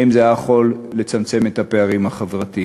האם זה היה יכול לצמצם את הפערים החברתיים.